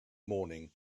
morning